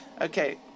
Okay